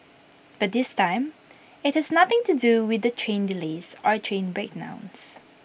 but this time IT has nothing to do with the train delays or train breakdowns